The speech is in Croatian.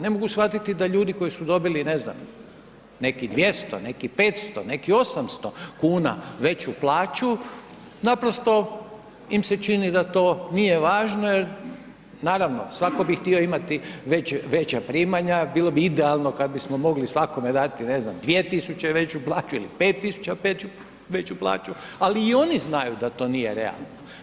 Ne mogu shvatiti da ljudi koji su dobili ne znam, neki 200, neki 500, neki 800 kuna veću plaću naprosto im se čini da to nije važno jer naravno, svatko bi htio imati veća primanja, bilo bi idealno kad bismo mogli svakome dati ne znam 2000 veću plaću ili 5000 veću plaću, ali i oni znaju da to nije realno.